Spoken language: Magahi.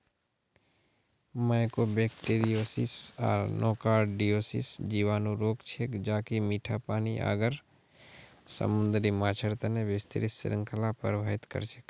माइकोबैक्टीरियोसिस आर नोकार्डियोसिस जीवाणु रोग छेक ज कि मीठा पानी आर समुद्री माछेर तना विस्तृत श्रृंखलाक प्रभावित कर छेक